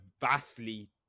vastly